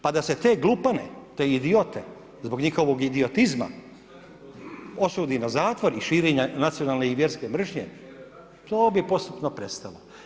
Pa da se te glupane, te idiote, zbog njihovog idiotizma osudi na zatvor i širenje nacionalne i vjerske mržnje, to bi postupno prestalo.